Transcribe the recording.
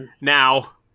Now